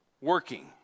working